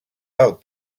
out